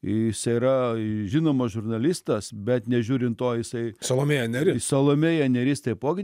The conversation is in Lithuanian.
jis yra žinomas žurnalistas bet nežiūrint to jisai salomėja nėris salomėja nėris taipogi